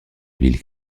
ville